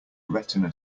retina